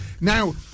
Now